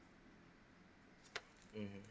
mm